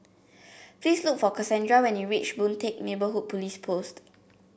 please look for Kassandra when you reach Boon Teck Neighbourhood Police Post